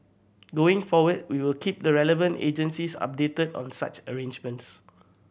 going forward we will keep the relevant agencies updated on such arrangements